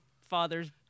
father's